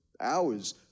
hours